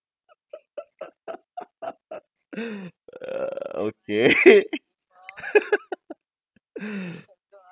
okay